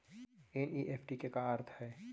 NEFT के का अर्थ है?